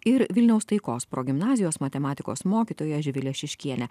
ir vilniaus taikos progimnazijos matematikos mokytoja živile šiškiene